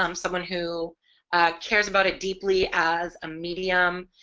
um someone who cares about it deeply as a medium